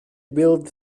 build